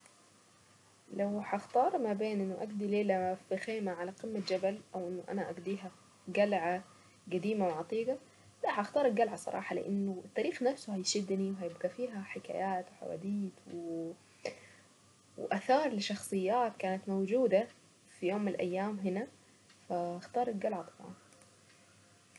لو هختار ما بين انه اقضي ليلة في خيمة على قمة جبل او انه انا اقضيها قلعة قديمة وعتيقة راح اختار القلعة صراحة لانه التاريخ نفسه هيشدني وهيبقى فيها حكايات حواديت واثار لشخصيات كانت موجودة في يوم من الايام هنا هختار القلعة بسرعة.